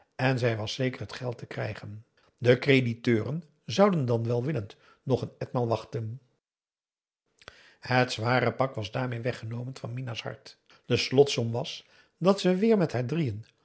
en zij was zeker het geld te krijgen de creditricen zouden dan welwillend nog een etmaal wachten het zware pak was daarmee weggenomen van minah's hart de slotsom was dat ze weer met haar drieën